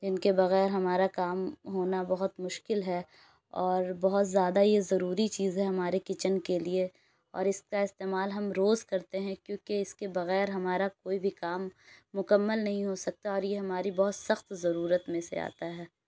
اِن كے بغیر ہمارا كام ہونا بہت مشکل ہے اور بہت زیادہ ہی ضروری چیز ہے ہمارے كچن كے لیے اور اِس كا استعمال ہم روز كرتے ہیں كیوں كہ اِس كے بغیر ہمارا كوئی بھی کام مکمل نہیں ہوسکتا اور یہ ہماری بہت سخت ضرورت میں سے آتا ہے